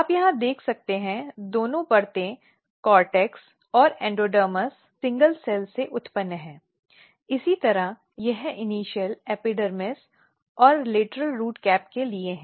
आप यहां देख सकते हैं दोनों परतें कोर्टेक्स और एंडोडर्मिस एकल कोशिकाओं से उत्पन्न हैं इसी तरह यह इनिशॅल एपिडर्मिस और लेटरल रूट कैप के लिए है